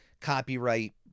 copyright